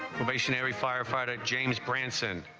probationary firefighter james but and so and